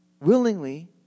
willingly